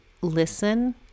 listen